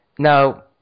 Now